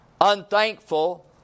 unthankful